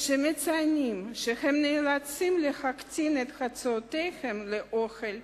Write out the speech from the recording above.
שמציינים שהם נאלצים להקטין את הוצאותיהם על אוכל,